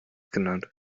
genannt